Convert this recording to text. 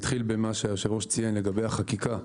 במה שיושב הראש ציין לגבי החקיקה.